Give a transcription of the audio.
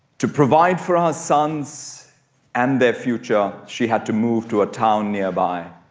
to provide for her sons and their future she had to move to a town nearby